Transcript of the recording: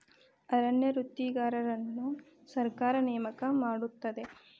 ಅರಣ್ಯ ವೃತ್ತಿಗಾರರನ್ನು ಸರ್ಕಾರ ನೇಮಕ ಮಾಡುತ್ತದೆ